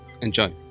Enjoy